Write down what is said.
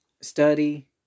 study